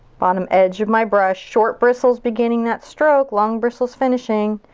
bottom edge of my brush. short bristles beginning that stroke. long bristles finishing.